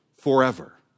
Forever